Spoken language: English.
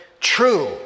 true